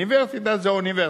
"ניברסיטה" זו אוניברסיטה.